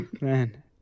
man